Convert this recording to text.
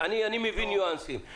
אני מבין ניואנסים.